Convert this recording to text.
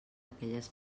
aquelles